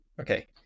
okay